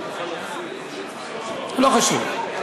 לא חשוב.